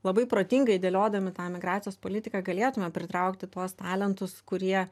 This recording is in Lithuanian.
labai protingai dėliodami tą migracijos politiką galėtume pritraukti tuos talentus kurie